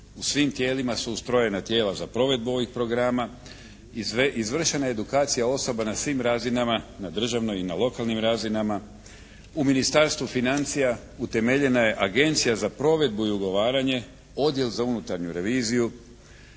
svim tijelima su ustrojena tijela za provedbu ovih programa, izvršena je edukacija osoba na svim razinama na državnoj i na lokalnim razinama, u Ministarstvu financija utemeljena je Agencija za provedbu i ugovaranje, Odjel za unutarnju reviziju,